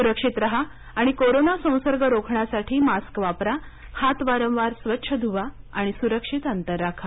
सुरक्षित राहा आणि कोरोना संसर्ग रोखण्यासाठी मास्क वापरा हात वारंवार स्वच्छ धुवा आणि सुरक्षित अंतर राखा